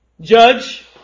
judge